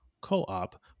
co-op